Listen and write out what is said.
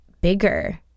bigger